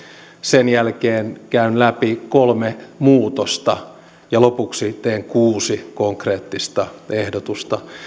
sen jälkeen käyn läpi kolme muutosta ja lopuksi teen kuusi konkreettista ehdotusta